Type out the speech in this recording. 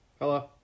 Hello